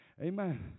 Amen